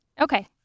Okay